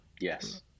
yes